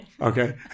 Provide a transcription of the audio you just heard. okay